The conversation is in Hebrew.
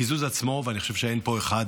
לקיזוז עצמו, אני חושב שאין פה אחד